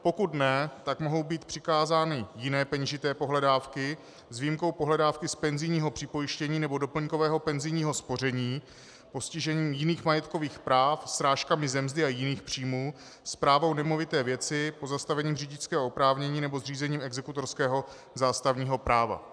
Pokud ne, tak mohou být přikázány jiné peněžité pohledávky, s výjimkou pohledávky z penzijního připojištění nebo doplňkového penzijního spoření, postižením jiných majetkových práv, srážkami ze mzdy a jiných příjmů, správou nemovité věci, pozastavením řidičského oprávnění nebo zřízením exekutorského zástavního práva.